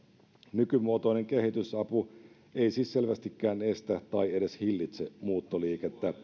nykymuotoinen kehitysapu ei siis selvästikään estä tai edes hillitse muuttoliikettä